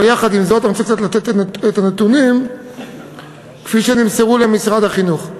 אבל יחד עם זאת אני רוצה לתת את הנתונים כפי שנמסרו למשרד החינוך.